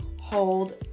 hold